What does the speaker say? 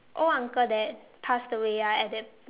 old uncle that passed away ah at that